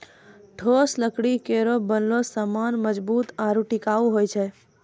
ठोस लकड़ी केरो बनलो सामान मजबूत आरु टिकाऊ होय छै